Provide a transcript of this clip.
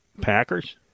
Packers